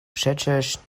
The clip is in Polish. przecież